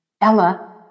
Ella